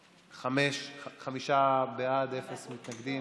חמישה בעד, אין מתנגדים,